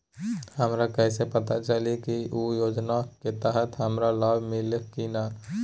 हमरा कैसे पता चली की उ योजना के तहत हमरा लाभ मिल्ले की न?